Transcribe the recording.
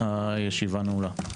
הישיבה נעולה.